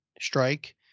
Strike